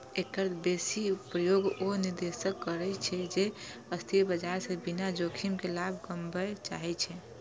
एकर बेसी प्रयोग ओ निवेशक करै छै, जे अस्थिर बाजार सं बिना जोखिम के लाभ कमबय चाहै छै